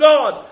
God